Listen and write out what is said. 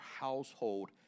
household